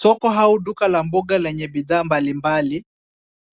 Soko au duka la mboga lenye bidhaa mbalimbali.